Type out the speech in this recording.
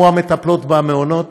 כמו המטפלות במעונות,